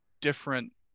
different